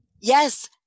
Yes